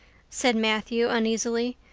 said matthew uneasily.